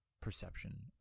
perception